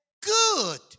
good